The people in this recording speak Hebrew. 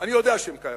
אני יודע שהן קיימות,